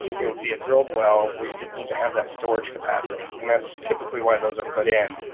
it would be a drilled well where you didn't need to have that storage capacity and that's typically why those are put in,